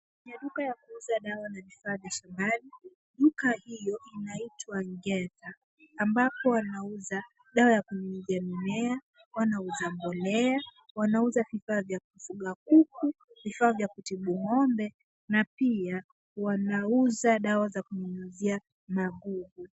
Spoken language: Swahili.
Kwenye duka ya kuuza dawa na vifaa vya shambani. Duka hiyo inaitwa Ngeta, ambapo wanauza dawa ya kunyunyizia mimea, wanauza mbolea, wanauza vifaa vya kufuga kuku, vifaa vya kutibu ng'ombe na pia wanauza dawa za kunyunyizia magugu.